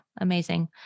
Amazing